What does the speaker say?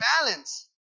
balance